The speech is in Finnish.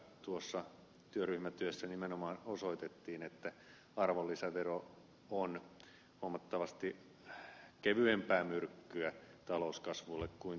tuossa työryhmätyössä nimenomaan osoitettiin että arvonlisävero on huomattavasti kevyempää myrkkyä talouskasvulle kuin työn verotus on